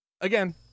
again